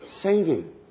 singing